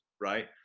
right